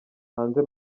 hanze